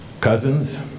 cousins